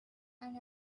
and